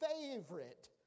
favorite